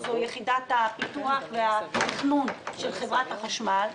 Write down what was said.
שזה יחידת הפיתוח והתכנון של חברת החשמל,